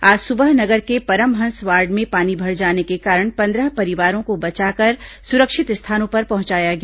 आज सुबह नगर के परमहंस वार्ड में पानी भर जाने के कारण पन्द्रह परिवारों को बचाकर सुरक्षित स्थानों पर पहुंचाया गया